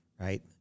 right